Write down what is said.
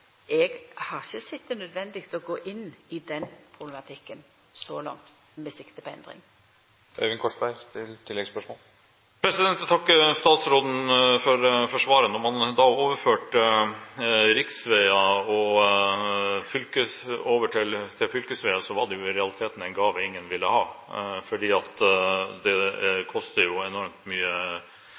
har eg ikkje sett det nødvendig å gå inn i den problematikken med sikte på endring. Jeg takker statsråden for svaret. Da man overførte riksveier til fylkesveier, var det i realiteten en gave ingen ville ha, for det koster jo enormt mye